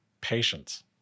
patience